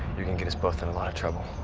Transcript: you're gonna get us both in a lot of trouble.